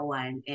one